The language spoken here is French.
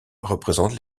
représente